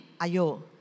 ayo